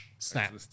snap